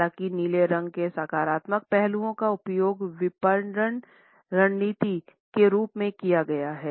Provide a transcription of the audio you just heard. हालाँकि नीले रंग के सकारात्मक पहलुओं का उपयोग विपणन रणनीति के रूप में किया गया है